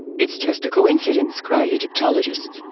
it's just a coincidence! cry egyptologists.